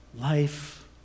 life